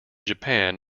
japan